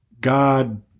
god